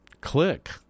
click